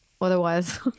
otherwise